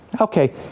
Okay